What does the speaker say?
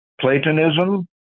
Platonism